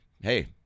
hey